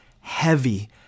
heavy